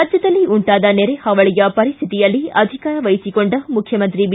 ರಾಜ್ಕದಲ್ಲಿ ಉಂಟಾದ ನೆರೆ ಹಾವಳಿಯ ಪರಿಸ್ಥಿತಿಯಲ್ಲಿ ಅಧಿಕಾರವಹಿಸಿಕೊಂಡ ಮುಖ್ಕಮಂತ್ರಿ ಬಿ